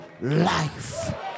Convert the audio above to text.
life